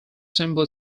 simply